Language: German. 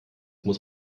muss